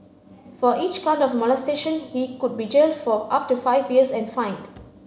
for each count of molestation he could be jailed for up to five years and fined